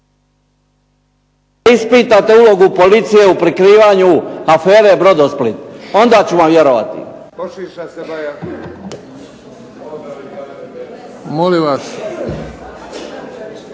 ispitate ulogu policije u prikrivanju "afere Brodosplit". Onda ću vam vjerovati.